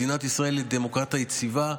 מדינת ישראל היא דמוקרטיה יציבה.